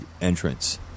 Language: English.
entrance